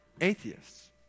atheists